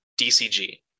DCG